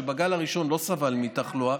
שבגל הראשון לא סבל מתחלואה,